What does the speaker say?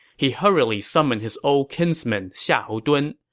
he hurriedly summoned his old kinsman xiahou dun.